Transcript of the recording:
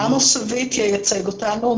עמוס שביט ייצג אותנו.